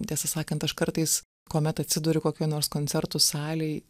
tiesą sakant aš kartais kuomet atsiduriu kokioj nors koncertų salėj